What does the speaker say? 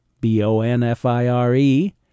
B-O-N-F-I-R-E